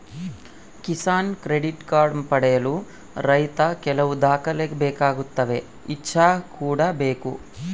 Kisan credit card ಪಡೆಯಲು ರೈತ ಕೆಲವು ದಾಖಲೆ ಬೇಕಾಗುತ್ತವೆ ಇಚ್ಚಾ ಕೂಡ ಬೇಕು